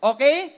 Okay